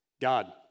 God